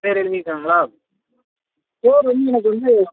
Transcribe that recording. பேர் எழுதிருக்காங்களா பேர் வந்து எனக்கு வந்து